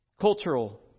cultural